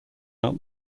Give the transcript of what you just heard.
out